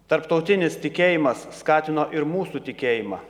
tarptautinis tikėjimas skatino ir mūsų tikėjimą